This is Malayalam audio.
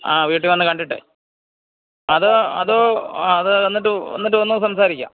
ആ വീട്ടില് വന്ന് കണ്ടിട്ട് അതോ അതോ ആ അത് എന്നിട്ട് എന്നിട്ട് ഒന്ന് സംസാരിക്കാം